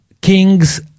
King's